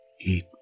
eat